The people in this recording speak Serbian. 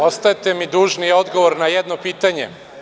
Ostajete mi dužni odgovor na jedno pitanje.